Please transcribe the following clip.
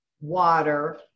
water